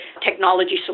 technology